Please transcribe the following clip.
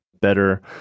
better